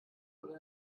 oder